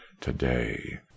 to-day